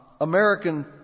American